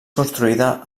construïda